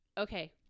okay